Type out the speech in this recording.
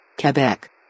Quebec